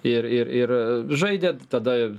ir ir ir žaidė tada